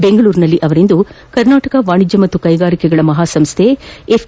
ಬೆಂಗಳೂರಿನಲ್ಲಿಂದು ಕರ್ನಾಟಕ ವಾಣಿಜ್ಯ ಮತ್ತು ಕೈಗಾರಿಕಾ ಮಹಾಸಂಸ್ಡೆ ಎಫ್